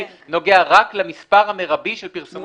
נוגע רק למספר המרבי של פרסומות בעיתונות מודפסת.